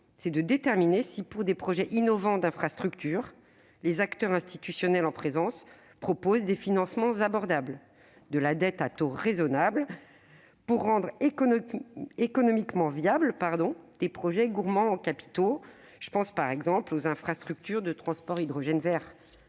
que de déterminer si, pour des projets innovants d'infrastructures, les acteurs institutionnels en présence proposent des financements abordables, de la dette à taux raisonnable pour rendre économiquement viables des projets gourmands en capitaux- je pense, par exemple, aux infrastructures de transport à l'hydrogène vert.